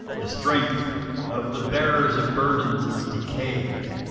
the strength of the bearers of burdens is decayed,